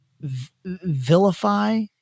vilify